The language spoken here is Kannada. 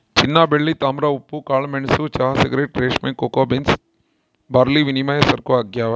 ಚಿನ್ನಬೆಳ್ಳಿ ತಾಮ್ರ ಉಪ್ಪು ಕಾಳುಮೆಣಸು ಚಹಾ ಸಿಗರೇಟ್ ರೇಷ್ಮೆ ಕೋಕೋ ಬೀನ್ಸ್ ಬಾರ್ಲಿವಿನಿಮಯ ಸರಕು ಆಗ್ಯಾವ